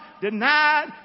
denied